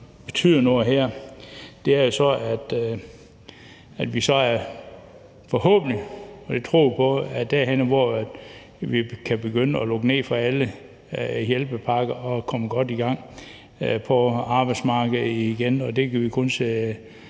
det tror vi på, er derhenne, hvor vi kan begynde at lukke ned for alle hjælpepakker og komme godt i gang på arbejdsmarkedet igen,